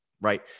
right